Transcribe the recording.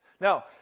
Now